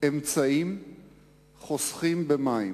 לאמצעים חוסכים במים?